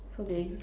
so they